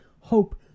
hope